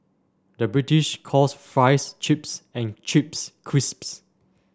the British calls fries chips and chips crisps